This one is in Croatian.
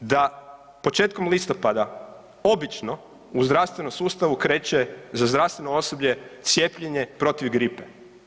da početkom listopada obično u zdravstvenom sustavu kreće za zdravstveno osoblje cijepljenje protiv gripe.